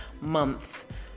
month